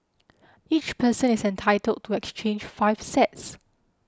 each person is entitled to exchange five sets